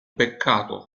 peccato